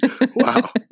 Wow